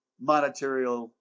monetary